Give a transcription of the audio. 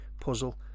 puzzle